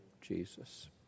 Jesus